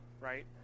right